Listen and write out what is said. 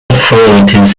authorities